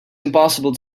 impossible